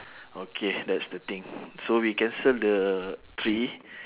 okay that's the thing so we cancel the tree